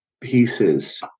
pieces